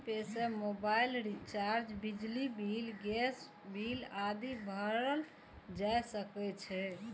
PhonePe सं mobile recharge, बिजली bill, gas bill आदि भरल जा सकै छै